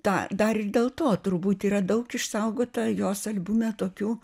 tą dar ir dėl to turbūt yra daug išsaugota jos albume tokių